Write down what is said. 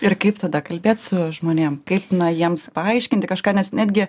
ir tada kalbėt su žmonėm kaip na jiems paaiškinti kažką nes netgi